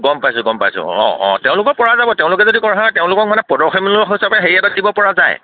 গম পাইছোঁ গম পাইছোঁ অঁ অঁ তেওঁলোকৰ পৰা যাব তেওঁলোকে যদি হয় তেওঁলোক মানে প্ৰদৰ্শনীমূলক হিচাপে হেৰি এটা দিব পৰা যায়